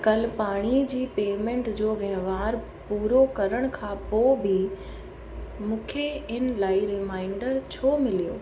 कल पाणी जी पेमेंट जो वहिंवार पूरो करण खां पोइ बि मूंखे इन लाइ रिमाइंडर छो मिलियो